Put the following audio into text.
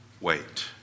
wait